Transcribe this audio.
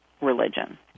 religion